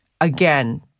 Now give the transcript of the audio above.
again